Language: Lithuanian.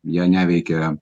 ją neveikia